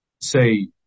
say